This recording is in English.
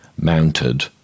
mounted